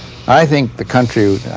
i think the country,